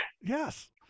Yes